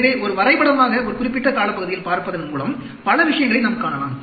எனவே ஒரு வரைபடமாக ஒரு குறிப்பிட்ட காலப்பகுதியில் பார்ப்பதன் மூலம் பல விஷயங்களை நாம் காணலாம்